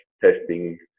testing